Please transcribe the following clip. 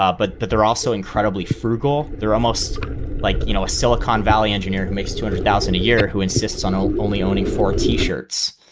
ah but but they're also incredibly frugal. they're almost like, you know, a silicon valley engineer who makes two hundred thousand a year who insists on ah only owning four t shirts.